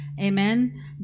Amen